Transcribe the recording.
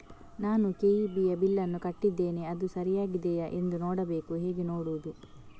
ನಾನು ಕೆ.ಇ.ಬಿ ಯ ಬಿಲ್ಲನ್ನು ಕಟ್ಟಿದ್ದೇನೆ, ಅದು ಸರಿಯಾಗಿದೆಯಾ ಎಂದು ನೋಡಬೇಕು ಹೇಗೆ ನೋಡುವುದು?